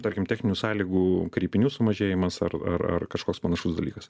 tarkim techninių sąlygų kreipinių sumažėjimas ar ar ar kažkoks panašus dalykas